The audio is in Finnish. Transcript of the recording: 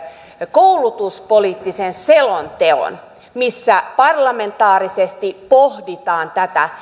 koulutuspoliittinen selonteko missä parlamentaarisesti pohditaan